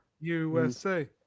USA